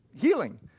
healing